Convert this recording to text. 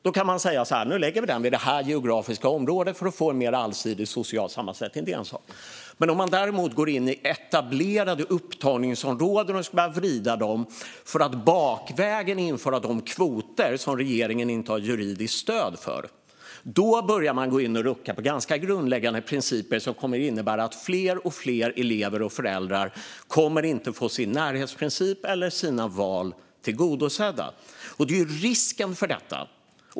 Då kan man säga att man nu lägger skolan vid det här geografiska området för att få en mer allsidig social sammansättning. Men om man går in i etablerade upptagningsområden och börjar vrida för att bakvägen införa de kvoter som regeringen inte har juridiskt stöd för, då börjar man gå in och rucka på grundläggande principer som kommer att innebära att fler och fler elever och föräldrar inte kommer att få vare sig närhetsprincip eller val tillgodosedda.